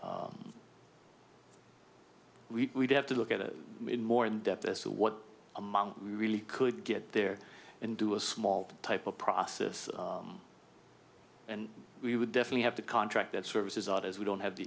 we have to look at it in more in depth as to what a month we really could get there and do a small type of process and we would definitely have to contract that services out as we don't have the